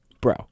bro